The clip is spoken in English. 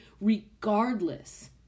regardless